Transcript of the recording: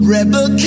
Rebel